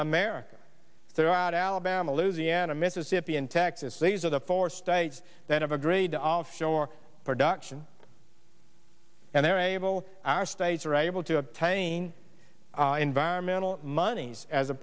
america there are alabama louisiana mississippi and texas these are the four states that have agreed to offshore production and they're able our states are able to obtain environmental monies as a